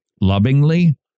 lovingly